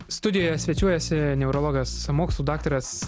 studijoje svečiuojasi neurologas mokslų daktaras